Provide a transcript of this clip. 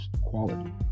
quality